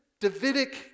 Davidic